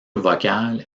vocale